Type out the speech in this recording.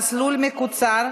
(מסלול מקוצר),